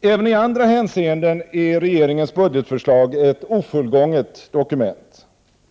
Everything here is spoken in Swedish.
Även i andra hänseenden är regeringens budgetförslag ett ofullgånget dokument.